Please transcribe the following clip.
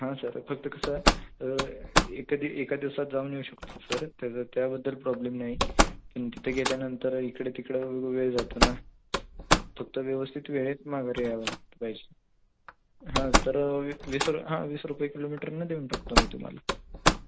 हां सर फक्त कसं एका दि एका दिवसात जाऊन येऊ शकतो सर त्याचा त्याबद्दल प्रॉब्लेम नाही पण तिथे गेल्यानंतर इकडे तिकडं वेळ जातो ना पण फक्त व्यवस्थित वेळेत माघारी यायला पाहिजे हां तर वीस रु हां वीस रुपये किलोमीटरनं देऊन टाकतो मी तुम्हाला